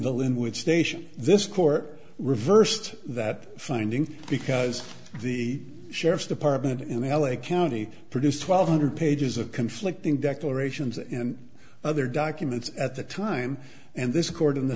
the in which station this court reversed that finding because the sheriff's department in l a county produced twelve hundred pages of conflicting declarations and other documents at the time and this court in the